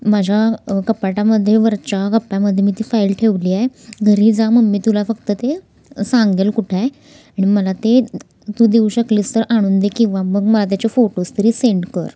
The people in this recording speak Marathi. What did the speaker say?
माझ्या कपाटामध्ये वरच्या कप्प्यामध्ये मी ती फाईल ठेवली आहे घरी जा मम्मी तुला फक्त ते सांगेल कुठं आहे आणि मला ते तू देऊ शकलीस तर आणून दे किंवा मग मला त्याचे फोटोस तरी सेंड कर